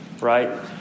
right